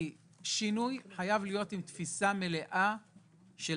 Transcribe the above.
שינוי חייב להיות עם תפיסה מלאה של